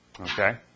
Okay